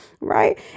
Right